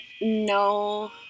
No